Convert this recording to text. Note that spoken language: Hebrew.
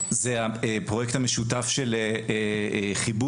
זה הפרויקט המשותף של חיבור,